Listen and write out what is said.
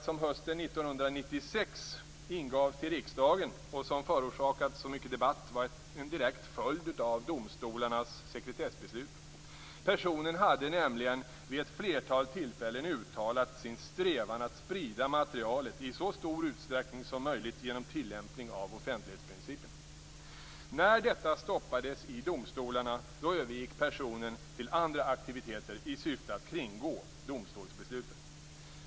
1996 ingavs till riksdagen och som förorsakat så mycket debatt var en direkt följd av domstolarnas sekretessbeslut. Personen hade nämligen vid ett flertal tillfällen uttalat sin strävan att sprida materialet i så stor utsträckning som möjligt genom tillämpning av offentlighetsprincipen. När detta stoppades i domstolarna övergick personen till andra aktiviteter i syfte att kringgå domstolsbesluten.